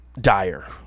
Dire